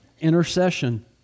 Intercession